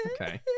Okay